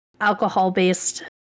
alcohol-based